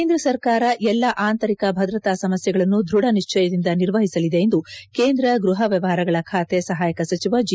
ಕೇಂದ್ರ ಸರ್ಕಾರ ಎಲ್ಲಾ ಆಂತರಿಕ ಭದ್ರತಾ ಸಮಸ್ಯೆಗಳನ್ನು ದೃಢ ನಿಶ್ಚಯದಿಂದ ನಿರ್ವಹಿಸಲಿದೆ ಎಂದು ಕೇಂದ್ರ ಗೃಹ ವ್ಯವಹಾರಗಳ ಖಾತೆ ಸಹಾಯಕ ಸಚಿವ ಜಿ